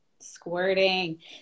squirting